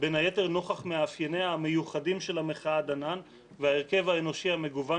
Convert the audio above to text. בין היתר נוכח מאפייניה המיוחדים של המחאה דנן וההרכב האנושי המגוון